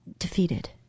defeated